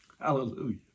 Hallelujah